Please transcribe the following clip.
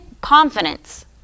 confidence